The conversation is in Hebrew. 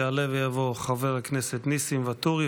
יעלה ויבוא חבר הכנסת ניסים ואטורי,